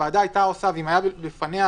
לפקח,